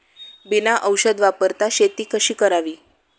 बिना औषध वापरता शेती कशी करावी?